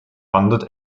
funded